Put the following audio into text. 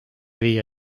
viia